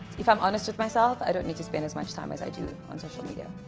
if i'm honest with myself i don't need to spend as much time as i do on social media.